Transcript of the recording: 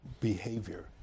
behavior